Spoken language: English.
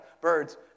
birds